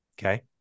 okay